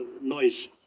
noise